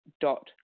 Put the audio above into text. dot